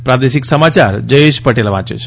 પ્રાદેશિક સમાચાર જયેશ પટેલ વાંચે છે